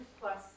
plus